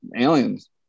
aliens